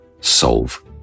solve